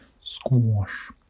Squash